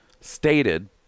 stated